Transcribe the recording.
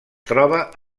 troba